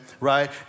right